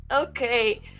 Okay